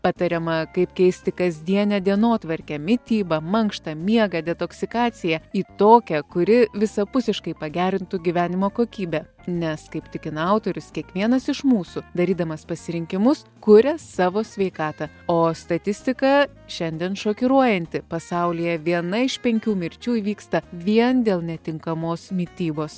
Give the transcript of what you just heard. patariama kaip keisti kasdienę dienotvarkę mitybą mankštą miegą detoksikaciją į tokią kuri visapusiškai pagerintų gyvenimo kokybę nes kaip tikina autorius kiekvienas iš mūsų darydamas pasirinkimus kuria savo sveikatą o statistika šiandien šokiruojanti pasaulyje viena iš penkių mirčių įvyksta vien dėl netinkamos mitybos